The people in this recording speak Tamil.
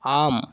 ஆம்